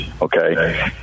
okay